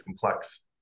complex